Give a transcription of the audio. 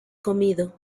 comido